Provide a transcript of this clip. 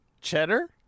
Cheddar